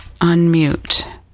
unmute